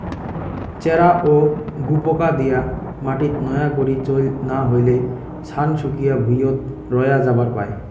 চ্যারা ও গুপোকা দিয়া মাটিত নয়া করি চইল না হইলে, ছান শুকিয়া ভুঁইয়ত রয়া যাবার পায়